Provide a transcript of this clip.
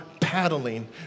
paddling